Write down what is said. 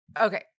Okay